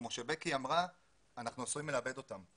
כמו שבקי אמרה אנחנו עשויים לאבד אותם.